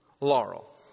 Laurel